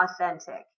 authentic